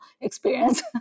experience